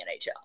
NHL